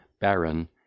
Baron